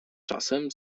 czasem